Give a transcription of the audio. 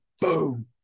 boom